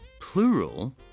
plural